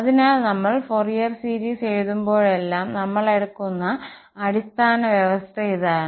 അതിനാൽ നമ്മൾ Fourier series എഴുതുമ്പോഴെല്ലാം നമ്മൾ എടുക്കുന്ന അടിസ്ഥാന വ്യവസ്ഥ ഇതാണ്